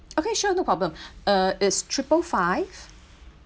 okay sure no problem uh it's triple five